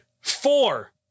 Four